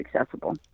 accessible